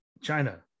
China